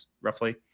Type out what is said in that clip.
roughly